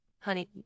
honey